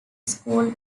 school